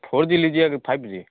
four G लीजिएगा कि five जी